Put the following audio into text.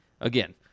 Again